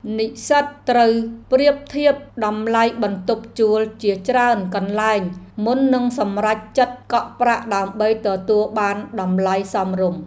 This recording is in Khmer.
និស្សិតត្រូវប្រៀបធៀបតម្លៃបន្ទប់ជួលជាច្រើនកន្លែងមុននឹងសម្រេចចិត្តកក់ប្រាក់ដើម្បីទទួលបានតម្លៃសមរម្យ។